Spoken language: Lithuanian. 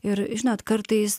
ir žinot kartais